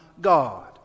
God